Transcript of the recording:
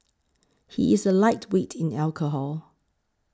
he is a lightweight in alcohol